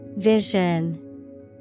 Vision